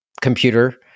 computer